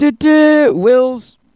Will's